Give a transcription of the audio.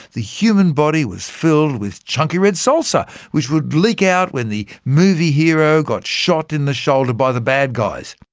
the human body was filled with chunky red salsa, which would leak out when the movie hero got shot in the shoulder by the bad guys.